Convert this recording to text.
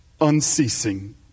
unceasing